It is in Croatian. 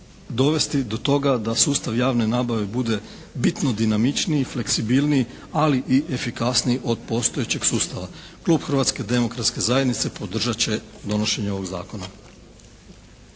dovesti do toga da sustav javne nabave bude bitno dinamičniji, fleksibilniji, ali i efikasniji od postojećeg sustava. Klub Hrvatske demokratske zajednice podržat će donošenje ovog Zakona.